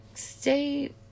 stay